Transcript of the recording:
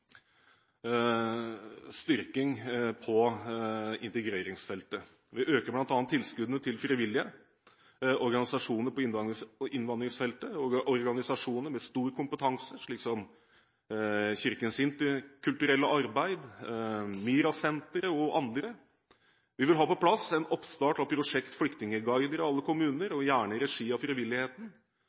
styrking på integreringsfeltet. Vi øker bl.a. tilskuddene til frivillige organisasjoner på innvandringsfeltet, organisasjoner med stor kompetanse, slik som Kristent Interkulturelt Arbeid, MiRA-senteret og andre. Vi vil ha på plass en oppstart av prosjekt Flyktningeguider i alle kommuner, gjerne i regi av frivilligheten.